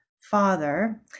father